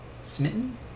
Smitten